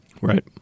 Right